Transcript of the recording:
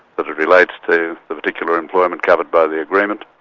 that it relates to the particular employment covered by the agreement,